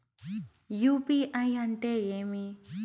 UPI అంటే ఏమి?